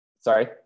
Sorry